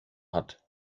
hat